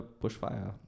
bushfire